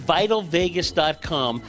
VitalVegas.com